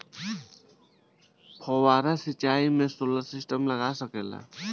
फौबारा सिचाई मै सोलर सिस्टम लाग सकेला?